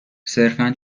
صرفا